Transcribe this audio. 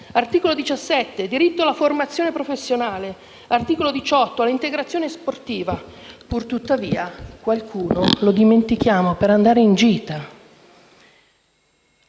l'articolo 17 di diritto alla formazione professionale; l'articolo 18 di diritto all'integrazione sportiva. Pur tuttavia, qualcuno lo dimentichiamo per andare in gita.